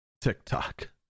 TikTok